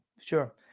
Sure